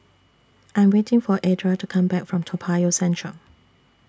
I Am waiting For Edra to Come Back from Toa Payoh Central